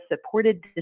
supported